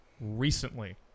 recently